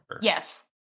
Yes